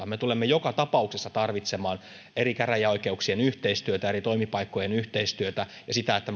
me tulemme joka tapauksessa tarvitsemaan eri käräjäoikeuksien yhteistyötä eri toimipaikkojen yhteistyötä ja sitä että